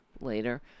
later